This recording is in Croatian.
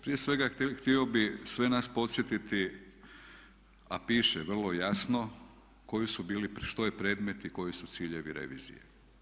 Prije svega, htio bih sve nas podsjetiti a piše vrlo jasno koji su bili, što je predmet i koji su ciljevi revizije.